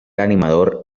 animador